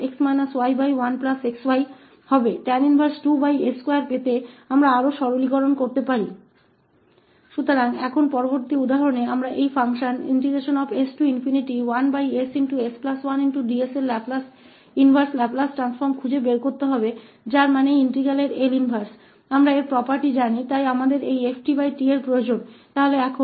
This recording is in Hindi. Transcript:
हम प्राप्त करने के लिए और अधिक सरल बना सकते हैं tan 12s2 तो अब अगले उदाहरण में हम इनवर्स लाप्लास इस s1ss1ds फंक्शन का खोजने के लिए मतलब इस इंटीग्रल का यह L इनवर्स हम इस प्रॉपर्टी को जानते है इसलिए हमें इसकी आवश्यकता है 𝑓𝑡 𝑡